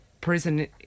prison